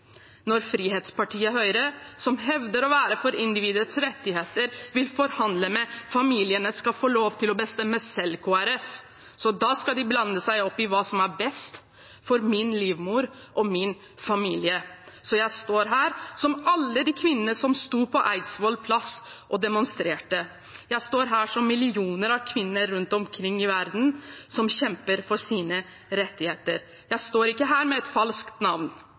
når frihetspartiet Høyre, som hevder å være for individets rettigheter, vil forhandle med familiene-skal-få-lov-til-å-bestemme-selv-KrF. Da skal de blande seg opp i hva som er best for min livmor og min familie. Så jeg står her, som alle de kvinnene som sto på Eidsvolls plass og demonstrerte. Jeg står her, som millioner av kvinner rundt omkring i verden som kjemper for sine rettigheter. Jeg står ikke her med et falskt navn,